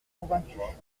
convaincue